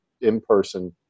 in-person